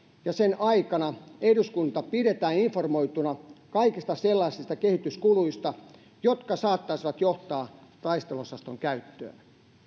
ja sen aikana eduskunta pidetään informoituna kaikista sellaisista kehityskuluista jotka saattaisivat johtaa taisteluosaston käyttöön